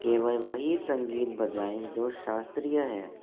केवल वही संगीत बजाएं जो शास्त्रीय है